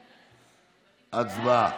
הצבעה.